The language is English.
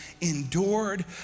endured